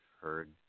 heard